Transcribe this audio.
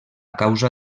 causa